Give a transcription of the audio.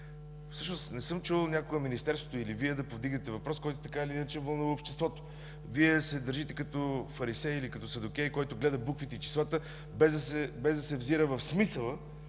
всъщност не съм чул някога Министерството или Вие да повдигнете въпрос, който така или иначе вълнува обществото. Вие се държите като фарисей или като Садокей, който гледа буквите и числата, без да се взира в смисъла